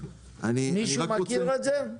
מישהו מכיר את זה?